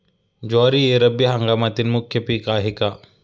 ज्वारी हे रब्बी हंगामातील मुख्य पीक आहे का?